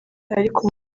ariko